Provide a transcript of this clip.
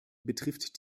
betrifft